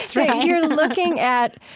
right you're looking at